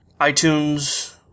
iTunes